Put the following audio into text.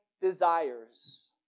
desires